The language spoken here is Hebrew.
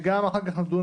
אחר כך נדון